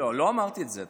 לא, לא אמרתי את זה.